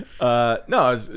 No